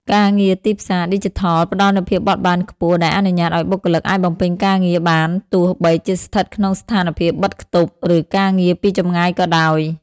ការងារទីផ្សារឌីជីថលផ្តល់នូវភាពបត់បែនខ្ពស់ ដែលអនុញ្ញាតឱ្យបុគ្គលិកអាចបំពេញការងារបានទោះបីជាស្ថិតក្នុងស្ថានភាពបិទខ្ទប់ ឬការងារពីចម្ងាយក៏ដោយ។